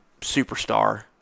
superstar –